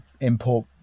import